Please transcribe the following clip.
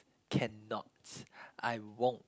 cannot I won't